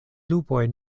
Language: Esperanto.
lupoj